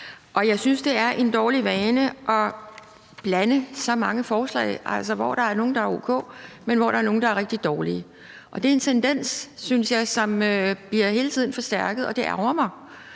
og jeg synes, det er en dårlig vane at blande så mange forslag, hvor der er nogle, der er o.k., men hvor der også er nogle, der er rigtig dårlige. Det er en tendens, synes jeg, som hele tiden bliver forstærket, og det ærgrer mig.